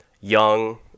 young